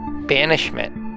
Banishment